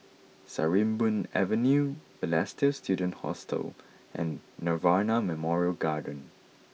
Sarimbun Avenue Balestier Student Hostel and Nirvana Memorial Garden